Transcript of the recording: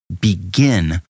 begin